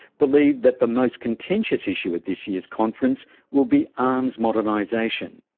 believes that the most contentious issue at this year's conference will be arms modernisation.